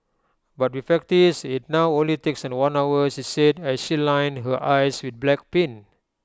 but with practice IT now only takes one hour she said as she lined her eyes with black paint